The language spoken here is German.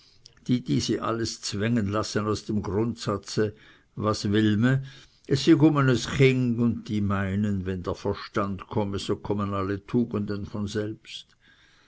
die diese alles zwänge lassen aus dem grundsatze was well me es syg ume n es ching und die meinen wenn der verstand komme so kommen alle tugenden von selbst